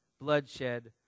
bloodshed